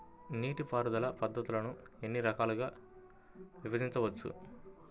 నీటిపారుదల పద్ధతులను ఎన్ని రకాలుగా విభజించవచ్చు?